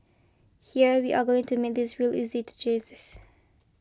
here we are going to make this real easy to